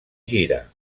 gira